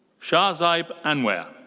shahzaid anwer.